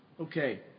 Okay